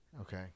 Okay